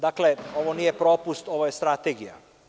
Dakle, ovo nije propust, ovo je strategija.